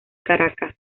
caracas